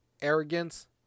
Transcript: Arrogance